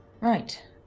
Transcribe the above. Right